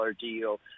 deal